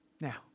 Now